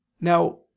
Now